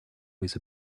with